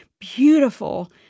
beautiful